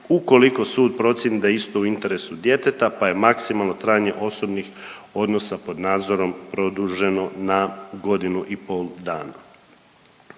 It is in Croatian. ukoliko sud procjeni da je isto u interesu djeteta pa je maksimalno trajanje osobnih odnosa pod nadzorom produženo na godinu i pol dana.